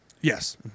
Yes